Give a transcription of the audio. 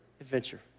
adventure